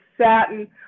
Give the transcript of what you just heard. satin